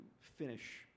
finish